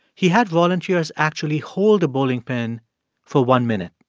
he had volunteers actually hold a bowling pin for one minute.